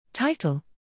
title